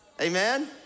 Amen